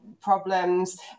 problems